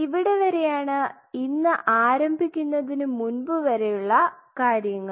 ഇവിടെവരെയാണ് ഇന്ന് ആരംഭിക്കുന്നതിന് മുൻപ് വരെയുള്ള കാര്യങ്ങൾ